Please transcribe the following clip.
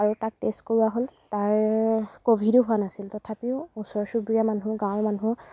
আৰু তাক টেষ্ট কৰোৱা হ'ল তাৰ ক'ভিডো হোৱা নাছিল তথাপিও ওচৰ চুবুৰী মানুহ গাঁৱৰ মানুহ